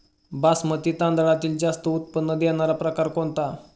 बासमती तांदळातील जास्त उत्पन्न देणारा प्रकार कोणता?